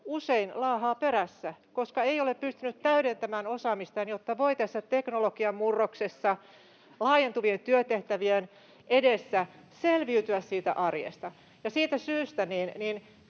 usein laahaa perässä, koska ei ole pystynyt täydentämään osaamistaan, jotta voi tässä teknologian murroksessa laajentuvien työtehtävien edessä selviytyä siitä arjesta. Siitä syystä